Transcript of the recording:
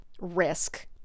risk